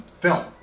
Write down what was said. film